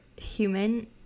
human